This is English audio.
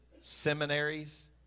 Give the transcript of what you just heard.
seminaries